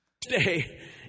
today